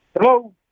Hello